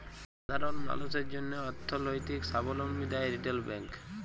সাধারল মালুসের জ্যনহে অথ্থলৈতিক সাবলম্বী দেয় রিটেল ব্যাংক